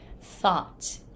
thought